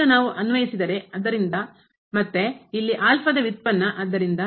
ಮತ್ತು ಈಗ ನಾವು ಅನ್ವಯಿಸಿದರೆ ಆದ್ದರಿಂದ ಮತ್ತೆ ಇಲ್ಲಿ ವ್ಯುತ್ಪನ್ನ ಆದ್ದರಿಂದ